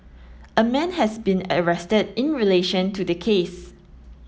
a man has been arrested in relation to the case